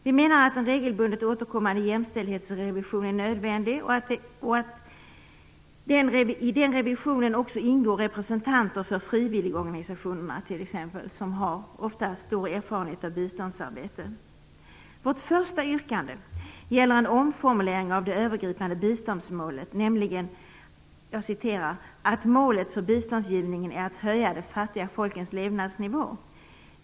Vi menar att en regelbundet återkommande jämställdhetsrevision är nödvändig och att det i den revisionen också bör ingå representanter för exempelvis frivilligorganisationerna, som ofta har stor erfarenhet av biståndsarbete. Vårt första yrkande gäller en omformulering av det övergripande biståndsmålet, nämligen "att målet för biståndsgivningen är att höja de fattiga folkens levnadsnivå".